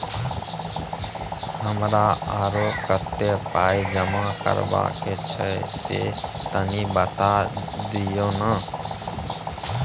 हमरा आरो कत्ते पाई जमा करबा के छै से तनी बता दिय न?